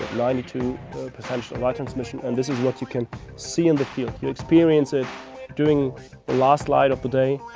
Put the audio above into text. ninety two percent light transmission and this is what you can see in the field. you can experience it during the last light of the day,